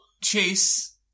Chase